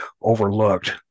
overlooked